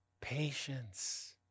Patience